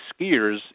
skiers